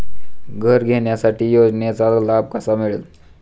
घर घेण्यासाठी योजनेचा लाभ कसा मिळेल?